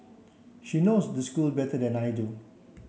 she knows the school better than I do